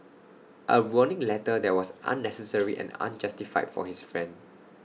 A warning letter that was unnecessary and unjustified for his friend